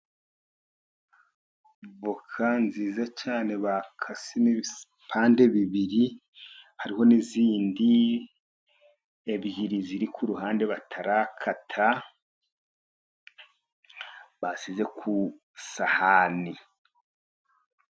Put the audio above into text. Voka nziza cyane bakasemo ibipande bibiri, hariho n'izindi ebyiri ziri ku ruhande batarakata basize ku isahani.